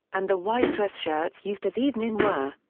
and the white dress shirts used as eveningwear.